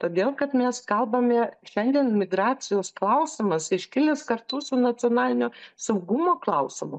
todėl kad mes kalbame šiandien migracijos klausimas iškilęs kartu su nacionalinio saugumo klausimu